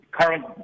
current